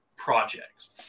projects